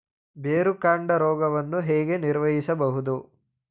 ಬೇರುಕಾಂಡ ರೋಗವನ್ನು ಹೇಗೆ ನಿರ್ವಹಿಸಬಹುದು?